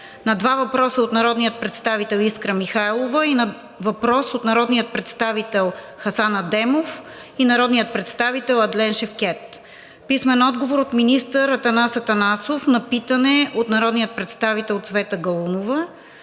на два въпроса от народния представител Искра Михайлова; един въпрос от народния представител Хасан Адемов и народния представител Адлен Шевкед; - писмен отговор от министър Атанас Атанасов на питане от народния представител Цвета Галунова;